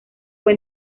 fue